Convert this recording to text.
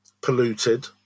polluted